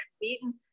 Beaten